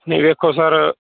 ਨਹੀਂ ਵੇਖੋ ਸਰ